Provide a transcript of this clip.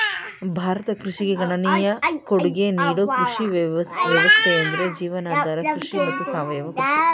ಭಾರತ ಕೃಷಿಗೆ ಗಣನೀಯ ಕೊಡ್ಗೆ ನೀಡೋ ಕೃಷಿ ವ್ಯವಸ್ಥೆಯೆಂದ್ರೆ ಜೀವನಾಧಾರ ಕೃಷಿ ಮತ್ತು ಸಾವಯವ ಕೃಷಿ